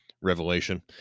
Revelation